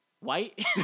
White